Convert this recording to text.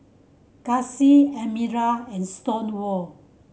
Kacy Admiral and Stonewall